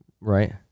right